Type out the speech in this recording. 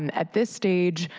and at this stage,